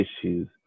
issues